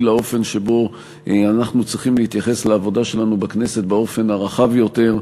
לאופן שבו אנחנו צריכים להתייחס לעבודה שלנו בכנסת באופן הרחב יותר.